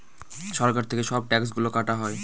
সরকার থেকে সব ট্যাক্স গুলো কাটা হয়